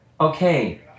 okay